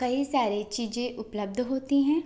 कई सारे चीज़ें उपल्ब्ध होती हैं